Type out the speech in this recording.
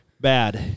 Bad